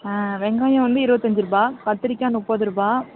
வெங்காயம் வந்து இருபத்தஞ்சு ரூபாய் கத்திரிக்காய் முப்பது ரூபாய்